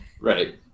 Right